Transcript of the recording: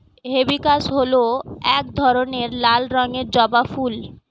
hibiscus হল এক ধরনের লাল রঙের জবা ফুল